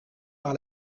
par